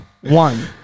One